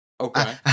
okay